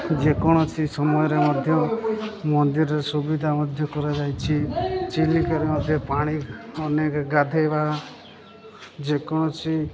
ଯେକୌଣସି ସମୟରେ ମଧ୍ୟ ମନ୍ଦିରରେ ସୁବିଧା ମଧ୍ୟ କରାଯାଇଛି ଚିଲିକାରେ ମଧ୍ୟ ପାଣି ଅନେକ ଗାଧେଇବା ଯେକୌଣସି